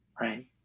right